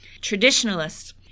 Traditionalists